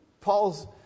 Paul's